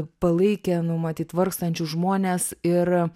palaikė nu matyt vargstančius žmones ir